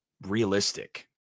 realistic